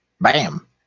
Bam